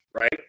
right